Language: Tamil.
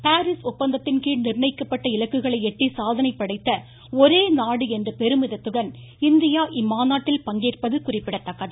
பாரீஸ் ஒப்பந்தத்தின் கீழ் நிர்ணயிக்கப்பட்ட இலக்குகளை எட்டி சாதனை படைத்த ஒரே நாடு என்ற பெருமிதத்துடன் இந்தியா இம்மாநாட்டில் பங்கேற்பது குறிப்பிடத்தக்கது